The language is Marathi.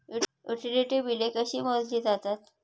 युटिलिटी बिले कशी मोजली जातात?